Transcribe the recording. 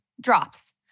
drops